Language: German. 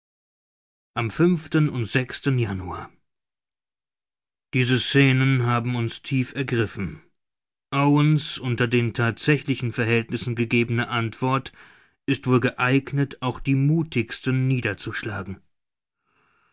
am und januar diese scenen haben uns tief ergriffen owen's unter den thatsächlichen verhältnissen gegebene antwort ist wohl geeignet auch die muthigsten niederzuschlagen